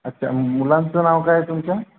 अच्छा मुलांचं नाव काय आहे तुमच्या